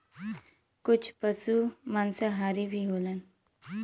कुछ पसु मांसाहारी भी होलन